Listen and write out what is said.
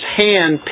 hand